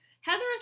Heather